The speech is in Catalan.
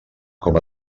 com